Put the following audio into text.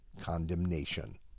condemnation